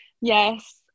Yes